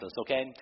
okay